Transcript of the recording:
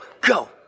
go